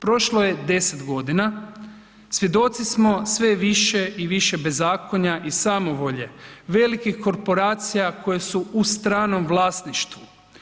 Prošlo je 10.g. svjedoci smo sve više i više bezakonja i samovolje velikih korporacija koje su u stranom vlasništvu.